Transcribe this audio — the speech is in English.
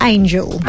Angel